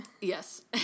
Yes